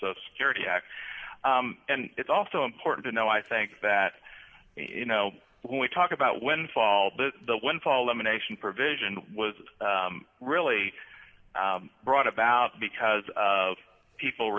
so security act and it's also important to know i think that you know when we talk about windfall the windfall emanation provision was really brought about because of people